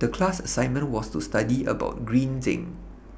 The class assignment was to study about Green Zeng